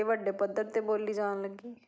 ਇਹ ਵੱਡੇ ਪੱਧਰ 'ਤੇ ਬੋਲੀ ਜਾਣ ਲੱਗੀ